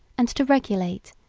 and to regulate,